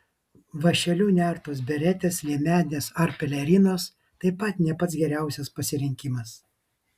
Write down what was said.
vąšeliu nertos beretės liemenės ar pelerinos taip pat ne pats geriausias pasirinkimas